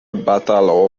batalo